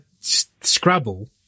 Scrabble